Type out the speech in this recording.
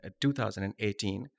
2018